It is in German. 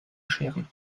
scheren